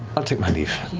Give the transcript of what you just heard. i'll take my leave.